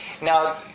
Now